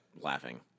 laughing